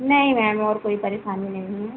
नहीं मैम और कोई परेशानी नहीं है